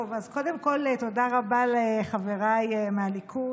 טוב, אז קודם כול תודה רבה לחבריי מהליכוד